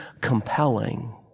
compelling